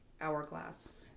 hourglass